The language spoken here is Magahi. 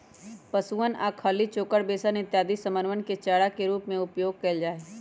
पशुअन ला खली, चोकर, बेसन इत्यादि समनवन के चारा के रूप में उपयोग कइल जाहई